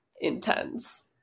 intense